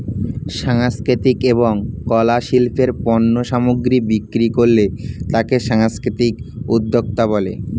সাংস্কৃতিক এবং কলা শিল্পের পণ্য সামগ্রী বিক্রি করলে তাকে সাংস্কৃতিক উদ্যোক্তা বলে